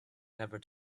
never